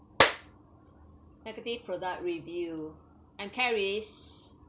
negative product review and